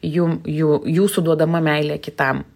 jum jų jūsų duodama meilė kitam